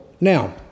Now